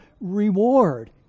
reward